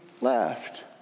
left